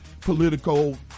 political